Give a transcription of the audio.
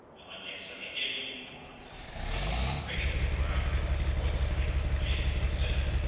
and when they had sung a hymn and the people waited, ready for a riot, his voice rang out clear and steady,